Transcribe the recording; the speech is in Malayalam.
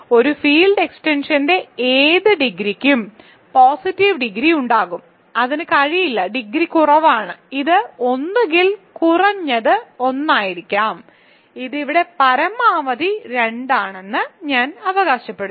ഒരു ഫീൽഡ് എക്സ്റ്റൻഷന്റെ ഏത് ഡിഗ്രിക്കും പോസിറ്റീവ് ഡിഗ്രി ഉണ്ടാകും അതിന് കഴിയില്ല ഡിഗ്രി കുറവാണ് ഇത് ഒന്നുകിൽ കുറഞ്ഞത് ഒന്നായിരിക്കാം ഇത് ഇവിടെ പരമാവധി 2 ആണെന്ന് ഞാൻ അവകാശപ്പെടുന്നു